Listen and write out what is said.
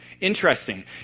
Interesting